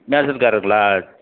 mansion காரர்ங்களா